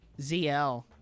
ZL